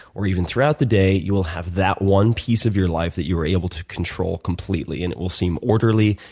or even throughout the day, you will have that one piece of your life that you were able to control completely. and it will seem orderly.